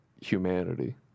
humanity